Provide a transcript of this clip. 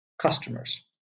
customers